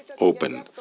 open